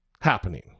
happening